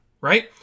right